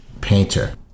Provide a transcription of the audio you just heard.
painter